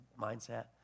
mindset